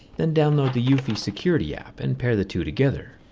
then download the eufy security app and pair the two together.